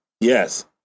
Yes